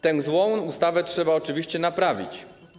Tę złą ustawę trzeba oczywiście naprawić.